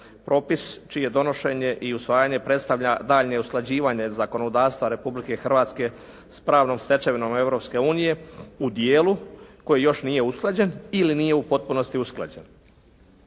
propis čije donošenje i usvajanje predstavlja daljnje usklađivanje zakonodavstva Republike Hrvatske s pravnom stečevinom Europske unije u dijelu koji još nije usklađen ili nije u potpunosti usklađen.